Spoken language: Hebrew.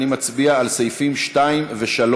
אנחנו נצביע על סעיפים 2 ו-3